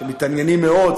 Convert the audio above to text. שמתעניינים מאוד,